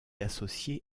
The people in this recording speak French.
associer